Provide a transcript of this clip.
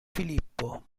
filippo